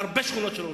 בהרבה שכונות של עולים,